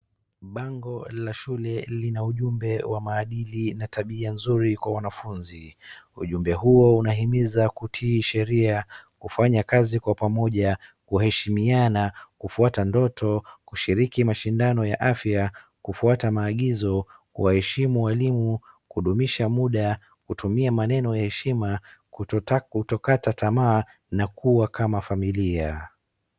Bango la shule lina ujumbe wa maadili na tabia nzuri kwa wanafunzi. Ujumbe huo unahimiza kutii sheria, kufanya kazi kwa pamoja, kuheshimiana, kufuata ndoto, kushiriki mashindano ya afya, kufuata maagizo, kuwaheshimu walimu, kudumisha muda, kutumia maneno ya heshima, kutokukata tamaa na kuwa kama familia.